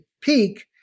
peak